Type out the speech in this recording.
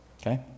Okay